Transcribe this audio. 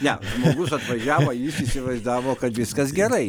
ne žmogus atvažiavo jis įsivaizdavo kad viskas gerai